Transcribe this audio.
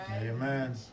Amen